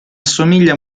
somiglia